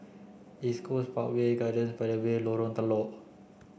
East Coast Parkway Gardens by the Bay Lorong Telok